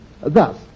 Thus